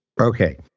Okay